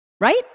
Right